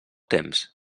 temps